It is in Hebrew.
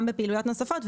גם בפעילויות נוספות,